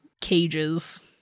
cages